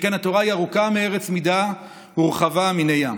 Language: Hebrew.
למשפחה ולגידול ילדים.